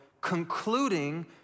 concluding